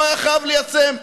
לא היה חייב ליישם,